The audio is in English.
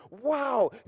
wow